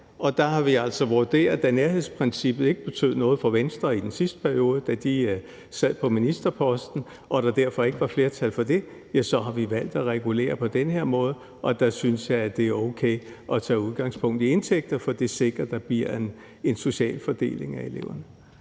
på den her måde, da nærhedsprincippet ikke betød noget for Venstre i den sidste periode, da de sad på ministerposten, og at der derfor ikke var flertal for det. Der synes jeg, at det er okay at tage udgangspunkt i indtægter, for det sikrer, at det bliver en social fordeling af eleverne.